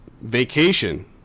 Vacation